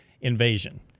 invasion